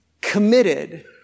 committed